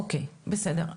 אוקיי, בסדר.